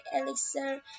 elixir